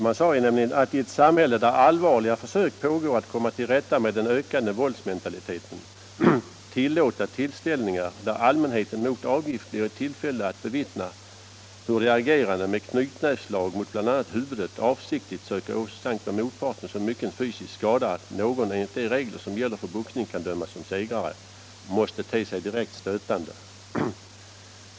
Man säger: ”Att i ett samhälle där allvarliga försök pågår att komma till rätta med den ökande våldsmentaliteten tillåta tillställningar, där allmänheten mot avgift blir i tillfälle att bevittna hur de agerande med knytnävsslag mot bl.a. huvudet avsiktligt söker åsamka motparten så mycken fysisk skada, att någon enligt de regler som gäller för boxning kan dömas som segrare, måste te sig direkt stötande.